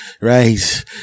right